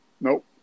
nope